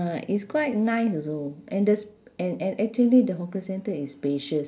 ah it's quite nice also and this and and actually the hawker centre is spacious